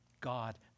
God